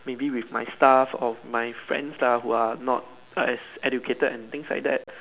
maybe with my staff of my friends lah who are not as educated and things like that